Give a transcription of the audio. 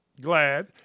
glad